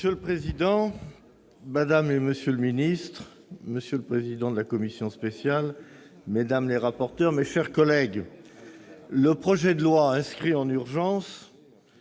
Monsieur le président, madame, monsieur les ministres, monsieur le président de la commission spéciale, mesdames les rapporteurs, mes chers collègues, sur ce projet de loi, l'Assemblée